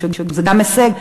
שגם זה הישג,